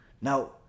now